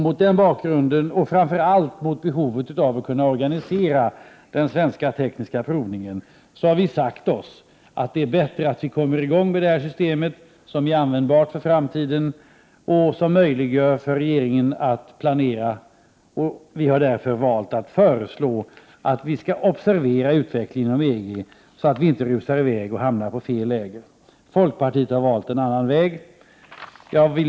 Mot den bakgrunden och framför allt med tanke på behovet av att kunna organisera den svenska tekniska provningen har vi sagt oss att det är bättre att komma i gång med detta system som är användbart för framtiden och som möjliggör för regeringen att planera. Vi har därför valt att föreslå att utvecklingen inom EG skall observeras. Man får inte rusa iväg och hamna i fel läger. Folkpartiet har valt en annan väg.